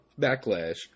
backlash